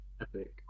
Epic